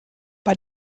bei